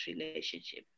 relationship